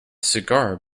cigar